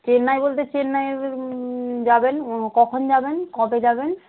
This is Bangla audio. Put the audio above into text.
চেন্নাই বলতে চেন্নাই যাবেন কখন যাবেন কবে যাবেন